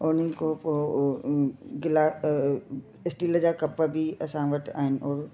उन खां पोइ गिला स्टील जा कप बि असां वटि आहिनि और